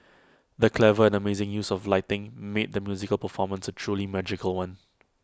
the clever and amazing use of lighting made the musical performance A truly magical one